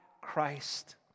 Christ